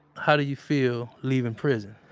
how do you feel leavin' prison?